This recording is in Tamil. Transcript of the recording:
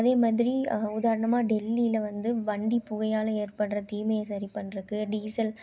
அதே மாதிரி உதாரணமாக டெல்லியில வந்து வண்டி புகையால் ஏற்படுற தீமையை சரி பண்ணுறக்கு டீசல்